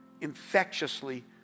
infectiously